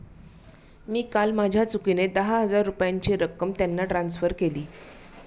मी काल माझ्या चुकीने दहा हजार रुपयांची रक्कम त्यांना ट्रान्सफर केली